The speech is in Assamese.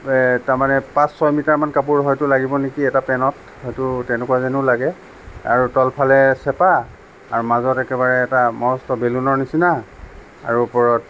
তাৰমানে পাঁচ ছয় মিটাৰমান কাপোৰ হয়তো লাগিব নেকি এটা পেণ্টত হয়তো তেনেকুৱা যেনো লাগে আৰু তলফালে চেপা আৰু মাজত একেবাৰে এটা মস্ত বেলুনৰ নিচিনা আৰু ওপৰত